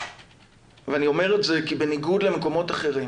אני אומר את זה כי בניגוד למקומות אחרים